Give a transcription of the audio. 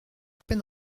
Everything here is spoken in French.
peine